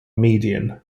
median